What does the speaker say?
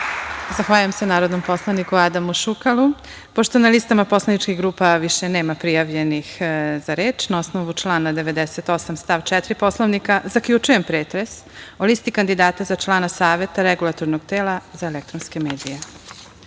Zahvaljujem se narodnom poslaniku Adamu Šukalu. Pošto na listama poslaničkih grupa više nema prijavljenih za reč, na osnovu člana 98. stav 4. Poslovnika, zaključujem pretres o listi kandidata za člana Saveta Regulatornog tela za elektronske